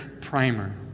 primer